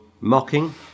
mocking